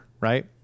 right